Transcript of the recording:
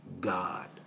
God